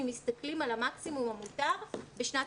אם מסתכלים על המקסימום המותר בשנת